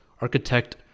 Architect